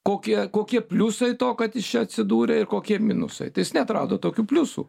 kokie kokie pliusai to kad jis čia atsidūrė ir kokie minusai neatrodo tokių pliusų